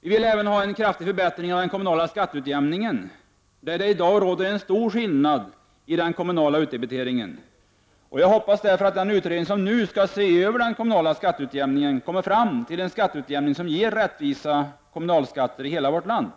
Vi vill även ha en kraftig förbätttring av den kommunala skatteutjämningen. Det råder i dag stor skillnad i den kommunala utbdebiteringen. Jag hoppas därför att den utredning som nu skall se över den kommunala skatteutjämningen kommer fram till ett förslag om en skatteutjämning som ger rättvisa kommunalskatter i hela vårt land.